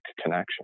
connection